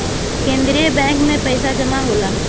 केंद्रीय बैंक में पइसा जमा होला